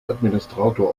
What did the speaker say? administrator